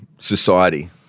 society